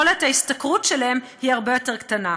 יכולת ההשתכרות שלהן היא הרבה יותר קטנה,